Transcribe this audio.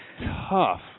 tough